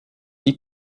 die